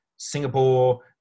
Singapore